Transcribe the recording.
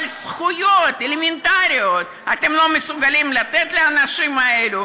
אבל זכויות אלמנטריות אתם לא מסוגלים לתת לאנשים האלה.